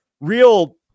real